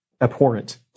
abhorrent